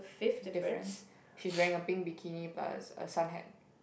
difference she's wearing a pink bikini plus a sunhat